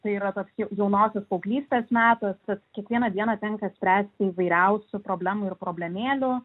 tai yra tas kiek jaunosios paauglystės metas tad kiekvieną dieną tenka spręsti įvairiausių problemų ir problemėlių